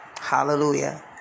Hallelujah